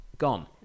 gone